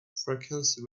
frequency